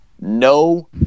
no